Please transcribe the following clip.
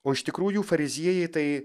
o iš tikrųjų fariziejai tai